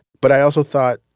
but i also thought,